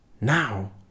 Now